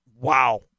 wow